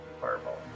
fireball